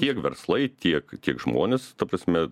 tiek verslai tiek tiek žmonės ta prasme